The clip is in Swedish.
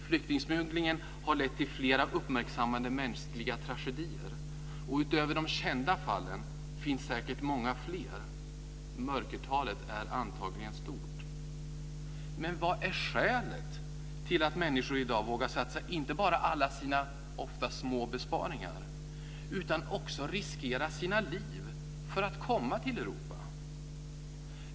Flyktingsmugglingen har lett till flera uppmärksammade mänskliga tragedier. Utöver de kända fallen finns säkert många fler. Mörkertalet är antagligen stort. Vad är skälet till att människor i dag vågar satsa inte bara alla sina ofta små besparingar, utan också riskera sina liv för att komma till Europa?